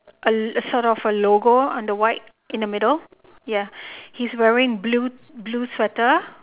uh a sort of a logo under the white in the middle ya he's wearing blue blue sweater